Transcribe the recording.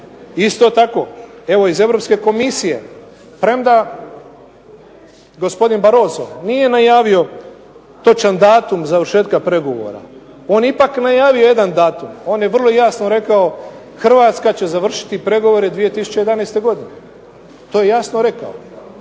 Isto tako evo iz Europske komisije premda gospodin Barroso nije najavio točan datum završetka pregovora on je ipak najavio jedan datum. On je vrlo jasno rekao Hrvatska će završiti pregovore 2011. godine. To je jasno rekao.